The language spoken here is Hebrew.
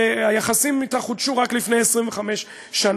שהיחסים אתה חודשו רק לפני 25 שנה,